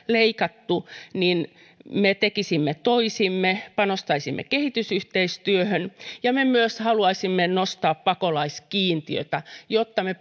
leikattu me tekisimme toisin me panostaisimme kehitysyhteistyöhön ja me myös haluaisimme nostaa pakolaiskiintiötä jotta me